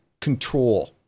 control